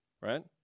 right